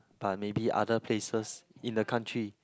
but maybe other places in the country